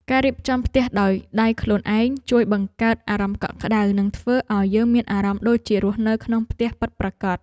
ការរៀបចំផ្ទះដោយដៃខ្លួនឯងជួយបង្កើតអារម្មណ៍កក់ក្ដៅនិងធ្វើឱ្យយើងមានអារម្មណ៍ដូចជារស់នៅក្នុងផ្ទះពិតប្រាកដ។